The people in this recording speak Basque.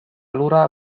lurra